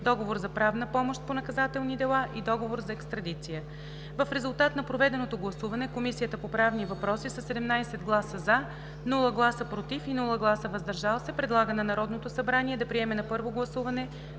Договор за правна помощ по наказателни дела и Договор за екстрадиция. В резултат на проведеното гласуване Комисията по правни въпроси със 17 гласа „за“, без гласове „против“ и „въздържал се“ предлага на Народното събрание да приеме на първо гласуване